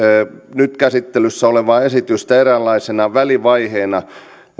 nyt käsittelyssä olevaa esitystä eräänlaisena välivaiheena